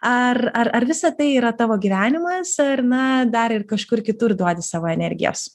ar ar ar visa tai yra tavo gyvenimas ar na dar ir kažkur kitur duodi savo energijos